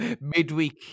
midweek